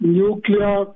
nuclear